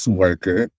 worker